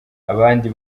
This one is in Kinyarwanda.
abandi